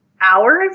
hours